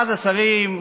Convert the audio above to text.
ואז השרים,